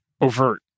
overt